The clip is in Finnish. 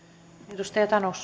arvoisa puhemies